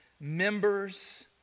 members